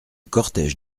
cortége